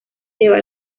lleva